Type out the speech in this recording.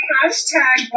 Hashtag